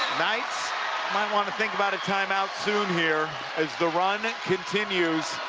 knights might want to think about a time-out soon here as the run continues.